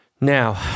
Now